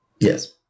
Yes